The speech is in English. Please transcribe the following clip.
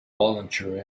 voluntary